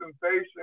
Sensation